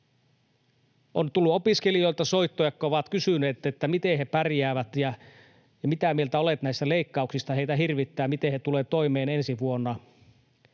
soittoja opiskelijoilta, jotka ovat kysyneet, miten he pärjäävät ja mitä mieltä olet näissä leikkauksista. Heitä hirvittää, miten he tulevat toimeen ensi vuonna.